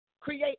create